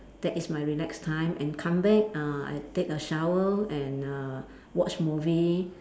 that is my relax time and come back uh I take a shower and uh watch movie